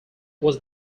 was